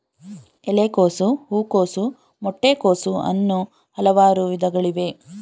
ಎಲೆಕೋಸು, ಹೂಕೋಸು, ಮೊಟ್ಟೆ ಕೋಸು, ಅನ್ನೂ ಹಲವಾರು ವಿಧಗಳಿವೆ